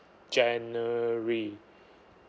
january